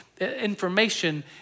information